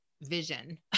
vision